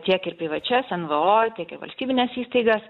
tiek ir privačias nvo tiek ir valstybines įstaigas